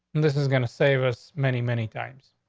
and this is going to save us many, many times,